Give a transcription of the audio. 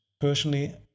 Personally